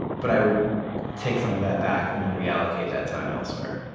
but i would take some of that back and then reallocate that time elsewhere.